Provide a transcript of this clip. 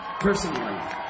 Personally